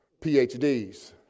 PhDs